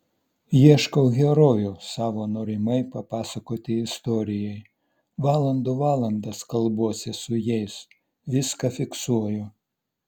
ieškau herojų savo norimai papasakoti istorijai valandų valandas kalbuosi su jais viską fiksuoju